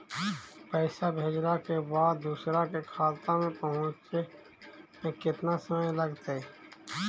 पैसा भेजला के बाद दुसर के खाता में पहुँचे में केतना समय लगतइ?